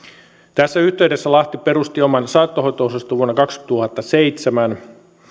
tässä yhteydessä lahti perusti oman saattohoito osaston vuonna kaksituhattaseitsemän